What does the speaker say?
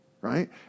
right